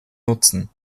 nutzen